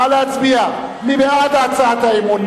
נא להצביע, מי בעד הצעת האי-אמון?